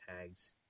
tags